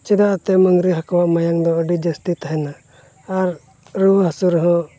ᱪᱮᱫᱟᱜ ᱛᱮ ᱢᱟᱺᱜᱽᱨᱤ ᱦᱟᱹᱠᱩᱣᱟᱜ ᱢᱟᱭᱟᱢ ᱫᱚ ᱟᱹᱰᱤ ᱡᱟᱹᱥᱛᱤ ᱛᱟᱦᱮᱱᱟ ᱟᱨ ᱨᱩᱣᱟᱹ ᱦᱟᱹᱥᱩ ᱨᱮᱦᱚᱸ